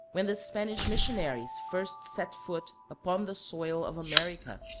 when the spanish missionaries first set foot upon the soil of america,